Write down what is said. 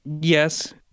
Yes